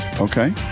Okay